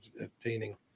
obtaining